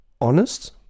honest